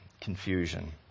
confusion